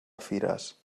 fires